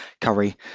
curry